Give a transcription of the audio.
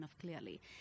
clearly